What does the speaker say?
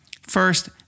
First